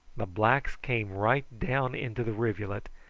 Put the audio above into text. the blacks came right down into the rivulet,